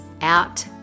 out